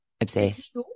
obsessed